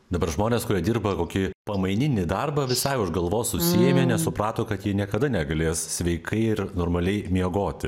dabar žmonės kurie dirba kokį pamaininį darbą visai už galvos susiėmė nes suprato kad jie niekada negalės sveikai ir normaliai miegoti